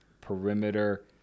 perimeter